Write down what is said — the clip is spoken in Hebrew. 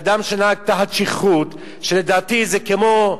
שאדם שנהג תחת שכרות, שלדעתי זה כמו,